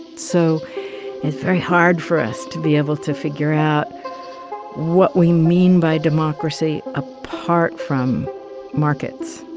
and so it's very hard for us to be able to figure out what we mean by democracy apart from markets,